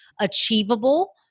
achievable